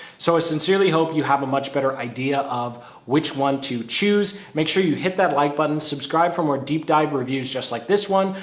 so i sincerely hope you have a much better idea of which one to choose. make sure you hit that like button, subscribe for more deep dive reviews, just like this one,